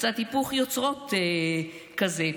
קצת היפוך יוצרות כזה,